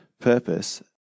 purpose